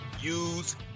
use